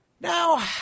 Now